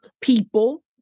people